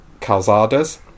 Calzadas